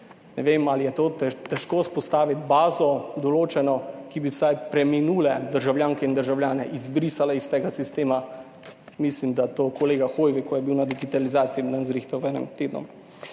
Ne vem ali je to težko vzpostaviti bazo določeno, ki bi vsaj preminule državljanke in državljane izbrisala iz tega sistema. Mislim, da to kolega Hoivik, ko je bil na digitalizaciji, bi nam zrihtal v enem tednu.